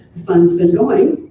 fun's been going.